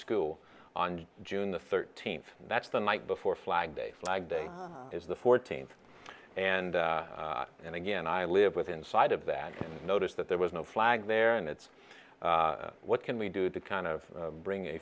school on june the thirteenth that's the night before flag day flag day is the fourteenth and and again i live within sight of that notice that there was no flag there and it's what can we do to kind of bring a